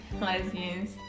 lesbians